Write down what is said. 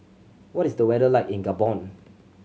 what is the weather like in Gabon